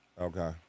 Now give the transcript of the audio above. Okay